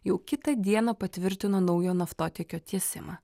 jau kitą dieną patvirtino naujo naftotiekio tiesimą